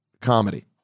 comedy